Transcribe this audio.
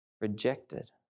Rejected